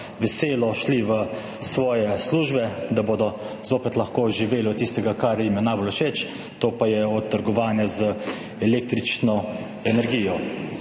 veselo šli v svoje službe, da bodo lahko zopet živeli od tistega, kar jim je najbolj všeč, to pa je trgovanje z električno energijo.